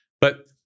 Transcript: But-